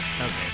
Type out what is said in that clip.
Okay